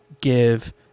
give